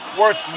worth